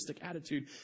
attitude